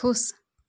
खुश